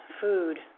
food